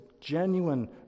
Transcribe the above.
genuine